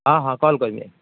ହଁ ହଁ କଲ କରିବି